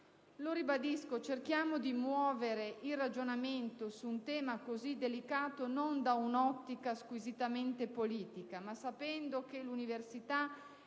Lo ribadisco: cerchiamo di muovere il ragionamento su un tema così delicato, non da un'ottica squisitamente politica, ma sapendo che l'università